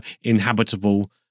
inhabitable